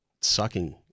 sucking